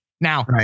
Now